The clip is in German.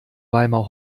weimar